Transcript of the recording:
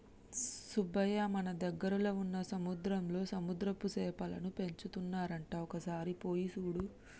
సుబ్బయ్య మన దగ్గరలో వున్న సముద్రంలో సముద్రపు సేపలను పెంచుతున్నారంట ఒక సారి పోయి సూడు